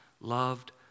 loved